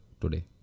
today